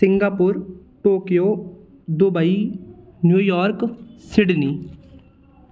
Singapore Tokyo Dubai New York Sydney